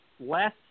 less